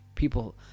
People